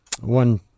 one